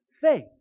faith